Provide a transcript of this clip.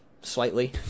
slightly